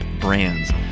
brands